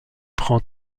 prend